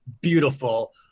beautiful